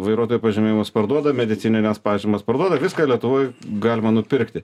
vairuotojo pažymėjimus parduoda medicinines pažymas parduoda viską lietuvoj galima nupirkti